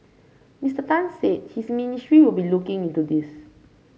Mister Tan said his ministry will be looking into this